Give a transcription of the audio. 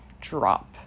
drop